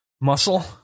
Muscle